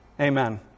Amen